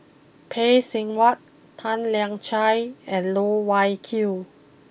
Phay Seng Whatt Tan Lian Chye and Loh Wai Kiew